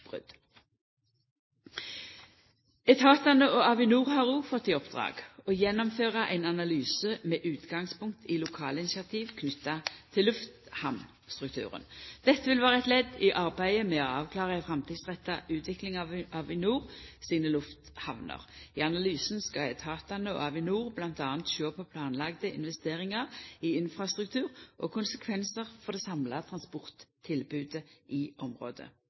Etatane og Avinor har òg fått i oppdrag å gjennomføra ein analyse med utgangspunkt i lokale initiativ knytte til lufthamnstrukturen. Dette vil vera eit ledd i arbeidet med å avklara ei framtidsretta utvikling av Avinor sine lufthamner. I analysen skal etatane og Avinor bl.a. sjå på planlagde investeringar i infrastruktur og konsekvensar for det samla transporttilbodet i området.